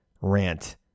rant